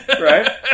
Right